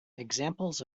examples